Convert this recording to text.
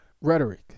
rhetoric